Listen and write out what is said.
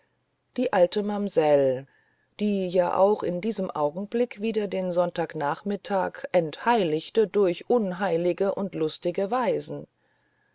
die alte mamsell die ja auch in diesem augenblicke wieder den sonntagnachmittag entheiligte durch unheilige und lustige weisen